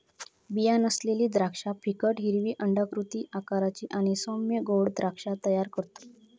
बीया नसलेली द्राक्षा फिकट हिरवी अंडाकृती आकाराची आणि सौम्य गोड द्राक्षा तयार करतत